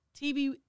TV